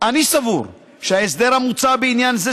אני סבור שההסדר המוצע בעניין זה,